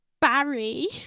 Barry